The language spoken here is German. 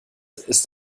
ist